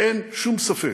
אין שום ספק: